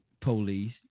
police